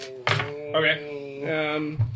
Okay